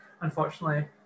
unfortunately